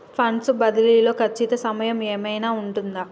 Funds బదిలీ లో ఖచ్చిత సమయం ఏమైనా ఉంటుందా?